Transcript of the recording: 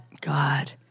God